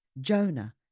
Jonah